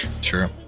Sure